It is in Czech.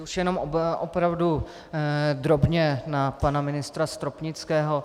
Už jenom opravdu drobně na pana ministra Stropnického.